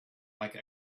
like